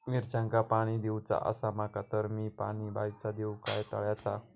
मिरचांका पाणी दिवचा आसा माका तर मी पाणी बायचा दिव काय तळ्याचा?